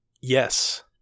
Yes